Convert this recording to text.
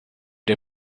der